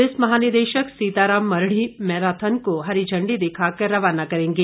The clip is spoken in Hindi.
पुलिस महानिदेशक सीता राम मरड़ी मैराथन को हरी झण्डी दिखाकर रवाना करेंगे